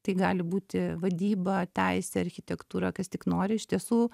tai gali būti vadyba teisė architektūra kas tik nori iš tiesų